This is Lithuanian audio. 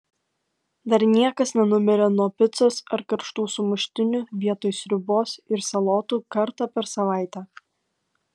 dar niekas nenumirė nuo picos ar karštų sumuštinių vietoj sriubos ir salotų kartą per savaitę